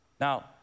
Now